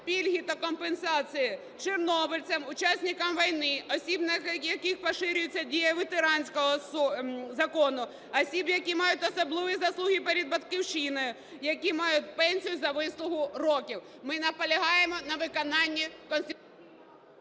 пільги та компенсації чорнобильцям, учасникам війни, особам, на яких поширюється дія ветеранського закону, особам, які мають особливі заслуги перед Батьківщиною, які мають пенсію за вислугу років. Ми наполягаємо на виконанні… ГОЛОВУЮЧИЙ.